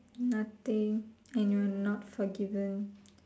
nothing and you're not forgiven